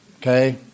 okay